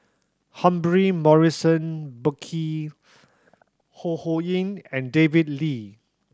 Humphrey Morrison Burkill Ho Ho Ying and David Lee